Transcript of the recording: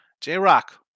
J-Rock